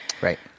right